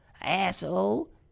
Asshole